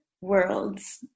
worlds